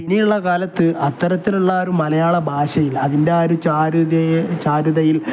ഇനിയുള്ള കാലത്ത് അത്തരത്തിലുള്ള ഒരു മലയാള ഭാഷയിൽ അതിൻ്റെ ആ ഒരു ചാരുതയ ചാരുതയിൽ